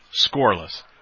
scoreless